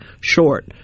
short